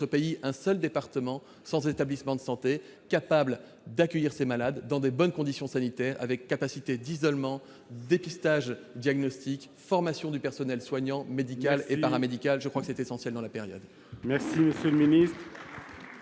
pays un seul département sans établissement de santé en mesure de prendre en charge ces malades dans de bonnes conditions sanitaires, avec capacité d'isolement, de dépistage, de diagnostic, et avec formation du personnel soignant, médical et paramédical. Je crois que c'est essentiel dans cette période.